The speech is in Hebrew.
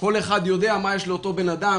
כל אחד יודע מה יש לאותו אדם,